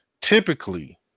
Typically